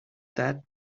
that